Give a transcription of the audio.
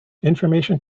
information